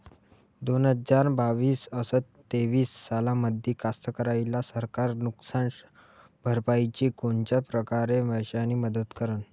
दोन हजार बावीस अस तेवीस सालामंदी कास्तकाराइले सरकार नुकसान भरपाईची कोनच्या परकारे पैशाची मदत करेन?